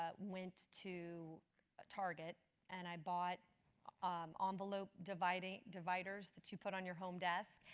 ah went to ah target and i bought um um envelope dividers dividers that you put on your home desk,